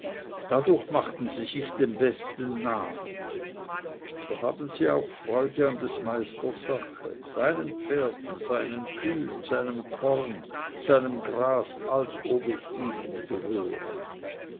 dadurch machten sie sich den besten namen so haben sie auch freude an des meisters sache seinen pferden seinen kühen seinem korn seinem gras als ob es ihnen gehöre